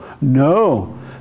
No